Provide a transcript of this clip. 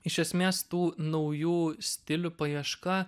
iš esmės tų naujų stilių paieška